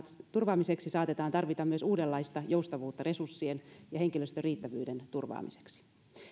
turvaamiseksi saatetaan tarvita myös uudenlaista joustavuutta resurssien ja henkilöstön riittävyyden turvaamiseksi